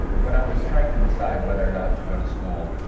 when i was trying to decide whether or not to go to school,